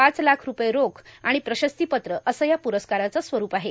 पाच लाख रूपये रोख आर्गण प्रशस्तीपत्र असं या पुरस्कारचं स्वरूप आहे